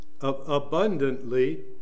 abundantly